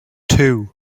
two